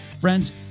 Friends